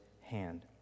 hand